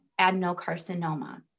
adenocarcinoma